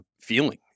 feeling